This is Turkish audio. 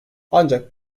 ancak